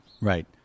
right